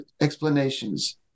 explanations